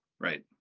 right